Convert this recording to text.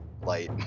light